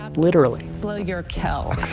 um literally bleyerkell